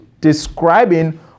describing